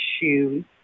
shoes